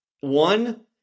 One